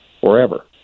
forever